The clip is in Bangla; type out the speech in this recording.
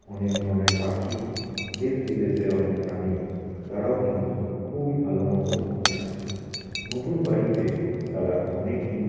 অনেক ধরনের পাখি দেশ বিদেশের অনেক প্রাণী তারাও কিন্তু খুবই ভালো মতন ওখানে আছে নতুন বাড়ি পেয়ে তারা অনেকই